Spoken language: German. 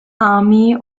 army